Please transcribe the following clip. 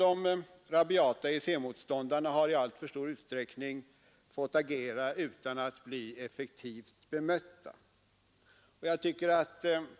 De rabiata EEC-motståndarna har i alltför stor utsträckning fått agera utan att bli effektivt bemötta.